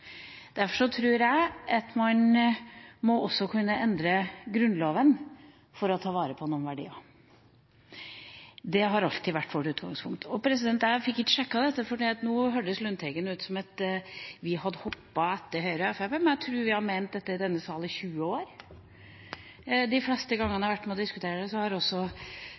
jeg at man også må kunne endre Grunnloven for å ta vare på noen verdier. Det har alltid vært vårt utgangspunkt. Jeg fikk ikke sjekket dette – nå hørtes det ut på fra Lundteigen som om vi hadde hoppet etter Høyre og Fremskrittspartiet, men jeg tror at vi har ment dette i denne sal i 20 år. De fleste gangene jeg har vært med på å diskutere det, har også